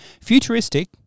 futuristic